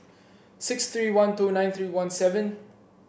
six three one two nine three one seven